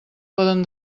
poden